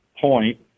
point